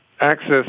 access